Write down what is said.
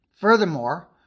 Furthermore